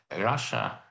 Russia